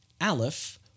aleph